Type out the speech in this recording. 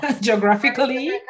geographically